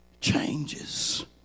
changes